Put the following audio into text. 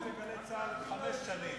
ב"גלי צה"ל" חמש שנים,